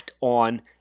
On